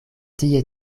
tie